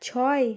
ছয়